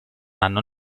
hanno